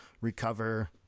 recover